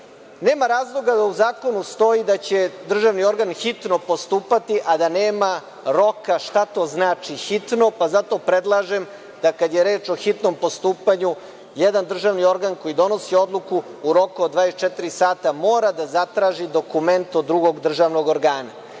razloga da u zakonu stoji da će državni organ hitno postupati, a da nema roka, šta to znači – hitno, pa zato predlažem da kad je reč o hitnom postupanju jedan državni organ koji donosi odluku u roku od 24 sata mora da zatraži dokument od drugog državnog organa. Svi